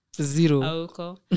zero